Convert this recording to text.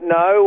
no